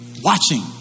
watching